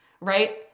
right